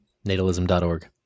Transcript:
natalism.org